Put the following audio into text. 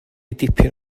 dipyn